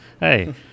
Hey